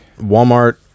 walmart